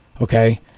okay